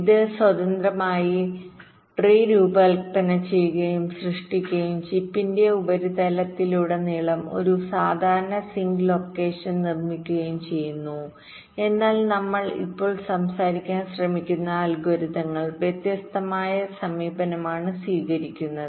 ഇത് സ്വതന്ത്രമായി മരം രൂപകൽപ്പന ചെയ്യുകയും സൃഷ്ടിക്കുകയും ചിപ്പിന്റെ ഉപരിതലത്തിലുടനീളം ഒരു സാധാരണ സിങ്ക് ലൊക്കേഷൻനിർമ്മിക്കുകയും ചെയ്യുന്നു എന്നാൽ നമ്മൾ ഇപ്പോൾ സംസാരിക്കാൻ ശ്രമിക്കുന്ന അൽഗോരിതങ്ങൾ വ്യത്യസ്തമായ സമീപനമാണ് സ്വീകരിക്കുന്നത്